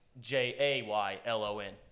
J-A-Y-L-O-N